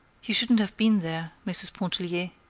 you shouldn't have been there, mrs. pontellier,